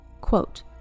quote